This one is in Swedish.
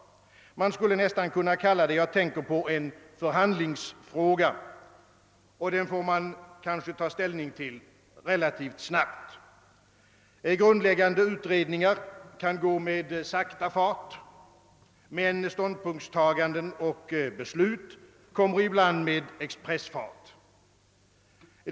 Man skulle nästan kunna kalla det jag tänker på en förhandlingsfråga, och den får man kanske ta ställning till relativt snabbt. Grundläggande utredningar kan gå med sakta fart, men ståndpunktstaganden och beslut kommer ibland med expressfart.